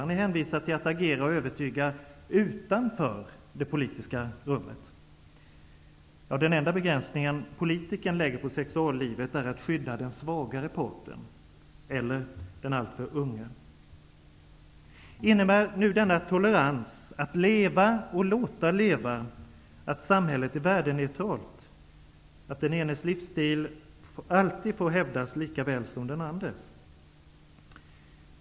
Han är hänvisad till att agera och övertyga utanför det politiska rummet. Den enda begränsningen som politikern lägger på sexuallivet är till för att skydda den svagare parten eller den alltför unge. Innebär denna tolerens -- att leva och låta leva -- att samhället är värdeneutralt, att den enes livsstil alltid får hävdas likaväl som den andres?